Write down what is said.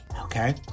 okay